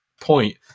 point